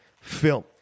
film